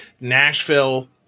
Nashville